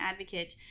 advocate